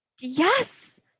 Yes